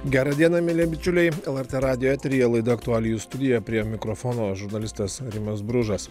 gerą dieną mieli bičiuliai lrt radijo eteryje laida aktualijų studija prie mikrofono žurnalistas rimas bružas